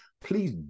please